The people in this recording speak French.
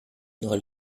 devrais